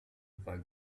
war